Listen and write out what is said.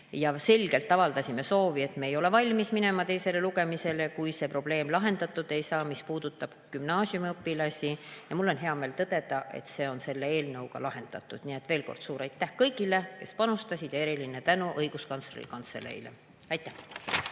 Selgelt avaldasime soovi, et me ei ole valmis minema teisele lugemisele, kui ei saa lahendatud see probleem, mis puudutab gümnaasiumiõpilasi. Ja mul on hea meel tõdeda, et see on selle eelnõuga lahendatud. Nii et veel kord: suur aitäh kõigile, kes panustasid, ja eriline tänu Õiguskantsleri Kantseleile! Aitäh!